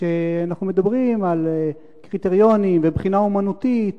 כך שכשאנחנו מדברים על קריטריונים ובחינה אמנותית,